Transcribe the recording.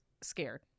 scared